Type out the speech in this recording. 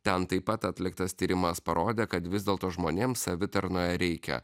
ten taip pat atliktas tyrimas parodė kad vis dėlto žmonėms savitarnoje reikia